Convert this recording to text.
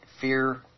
fear